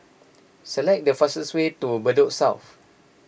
select the fastest way to Bedok South